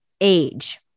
age